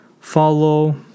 Follow